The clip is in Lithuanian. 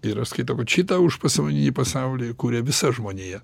ir aš skaitau kad šitą užpasąmoninį pasaulį kuria visa žmonija